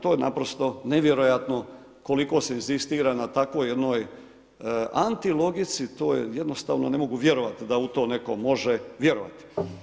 To je naprosto nevjerojatno koliko se inzistira na takvoj jednoj antilogici, to jednostavno ne mogu vjerovati da u to netko može vjerovati.